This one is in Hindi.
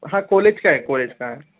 हाँ कोलेज का है कोलेज का है